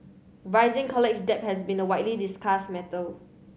rising college debt has been a widely discussed matter